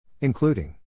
Including